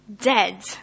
dead